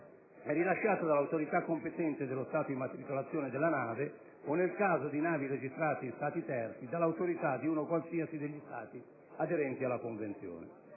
è rilasciato dall'autorità competente dello Stato di immatricolazione della nave o, nel caso di navi registrate in Stati terzi, dall'autorità di uno qualsiasi degli Stati aderenti alla Convenzione.